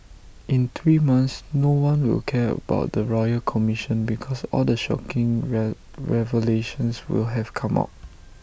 in three months no one will care about the royal commission because all the shocking re revelations will have come out